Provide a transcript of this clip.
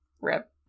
RIP